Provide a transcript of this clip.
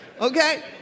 Okay